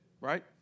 Right